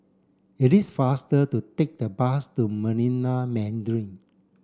it is faster to take the bus to Marina Mandarin